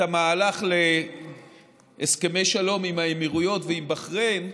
את המהלך להסכמי שלום עם האמירויות ועם בחריין,